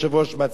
מצליחים.